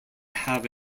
have